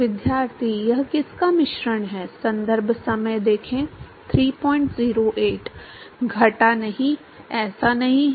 विद्यार्थी यह किसका मिश्रण है संदर्भ समय 0308 घटा नहीं ऐसा नहीं है